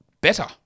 better